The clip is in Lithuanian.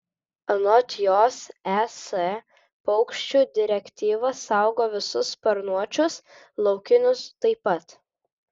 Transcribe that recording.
anot jos es paukščių direktyva saugo visus sparnuočius laukinius taip pat